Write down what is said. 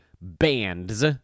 bands